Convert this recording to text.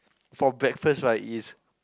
for breakfast right it's